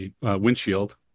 windshield